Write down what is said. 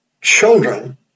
children